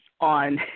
on